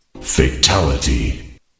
Fatality